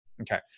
Okay